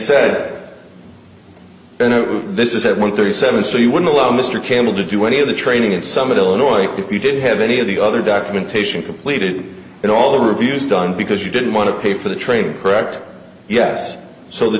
know this is one thirty seven so you would allow mr campbell to do any of the training in summit illinois if you didn't have any of the other documentation completed and all the reviews done because you didn't want to pay for the training correct yes so the